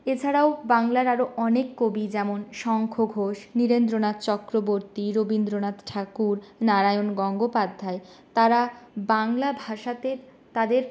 এছাড়াও বাংলার আরও অনেক কবি যেমন শঙ্খ ঘোষ নীরেন্দ্রনাথ চক্রবর্তী রবীন্দ্রনাথ ঠাকুর নারায়ণ গঙ্গোপাধ্যায় তারা বাংলাভাষাতে তাঁদের